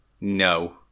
No